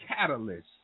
catalyst